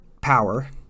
power